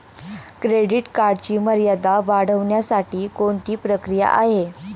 Credit कार्डची मर्यादा वाढवण्यासाठी कोणती प्रक्रिया आहे?